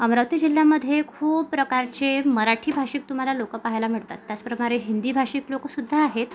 अमरावती जिल्ह्यामधे खूप प्रकारचे मराठी भाषिक तुम्हाला लोक पाहायला मिळतात त्याचप्रकारे हिंदी भाषित लोकसुद्धा आहेत